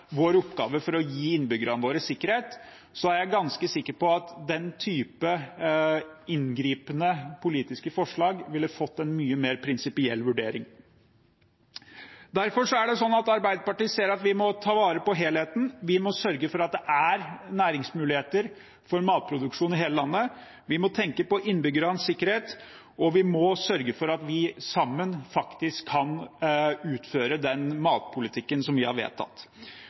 vår oppgave for å gi innbyggerne våre sikkerhet, er jeg ganske sikker på at den typen inngripende politiske forslag ville fått en mye mer prinsipiell vurdering. Derfor ser Arbeiderpartiet at vi må ta vare på helheten. Vi må sørge for at det er næringsmuligheter for matproduksjon i hele landet, vi må tenke på innbyggernes sikkerhet, og vi må sørge for at vi sammen faktisk kan føre den matpolitikken som vi har vedtatt.